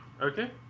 Okay